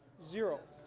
zero.